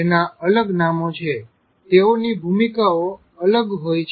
જેના અલગ નામો છે તેઓની ભૂમિકાઓ અલગ હોય છે